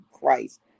Christ